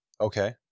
Okay